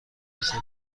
رسد